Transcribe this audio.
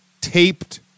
taped